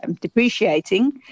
depreciating